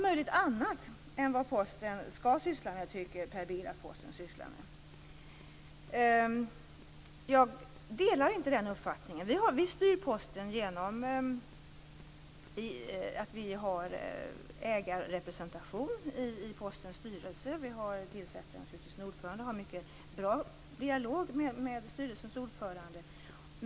Per Bill tycker att Posten sysslar med allt möjligt annat än vad den skall syssla med. Jag delar inte den uppfattningen. Vi styr Posten genom att vi har ägarrepresentation i Postens styrelse. Vi tillsätter naturligtvis en ordförande och har en mycket bra dialog med styrelsens ordförande.